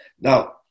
Now